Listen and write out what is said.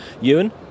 Ewan